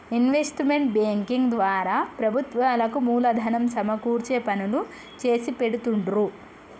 investment banking ద్వారా ప్రభుత్వాలకు మూలధనం సమకూర్చే పనులు చేసిపెడుతుండ్రు